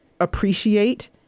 appreciate